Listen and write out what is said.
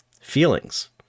feelings